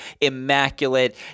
immaculate